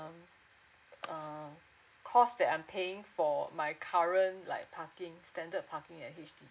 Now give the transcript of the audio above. um uh cost that I'm paying for my current like parking standard parking at